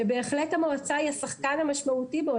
שבהחלט המועצה היא השחקן המשמעותי בו,